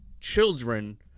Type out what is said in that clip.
children